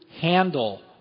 handle